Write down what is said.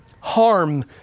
harm